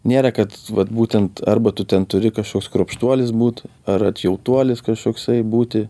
nėra kad vat būtent arba tu ten turi kažkoks kruopštuolis būt ar atjautuolis kažkoksai būti